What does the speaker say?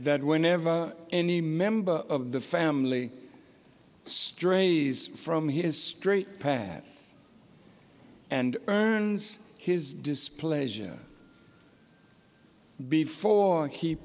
that whenever any member of the family strays from his straight path and earns his displeasure before he